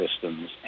systems